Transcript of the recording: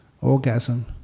orgasm